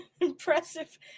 Impressive